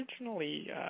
Originally